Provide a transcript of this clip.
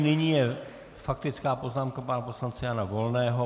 Nyní je faktická poznámka pana poslance Jana Volného.